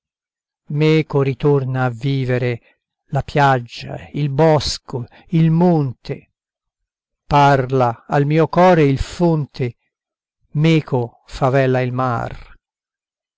meco ritorna a vivere la piaggia il bosco il monte parla al mio core il fonte meco favella il mar